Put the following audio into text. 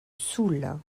soule